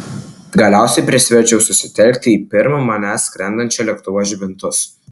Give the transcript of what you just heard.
galiausiai prisiverčiau susitelkti į pirm manęs skrendančio lėktuvo žibintus